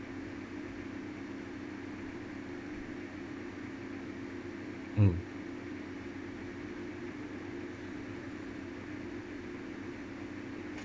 mm